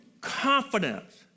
confidence